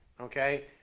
Okay